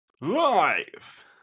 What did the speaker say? Live